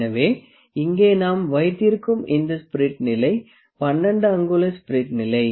எனவே இங்கே நாம் வைத்திருக்கும் இந்த ஸ்பிரிட் நிலை 12 அங்குல ஸ்பிரிட் நிலை